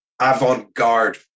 avant-garde